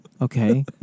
okay